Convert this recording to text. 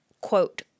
quote